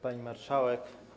Pani Marszałek!